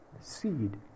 seed